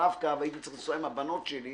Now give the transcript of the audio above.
רב קו, הייתי צריך לנסוע עם הבנות שלי